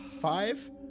Five